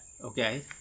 Okay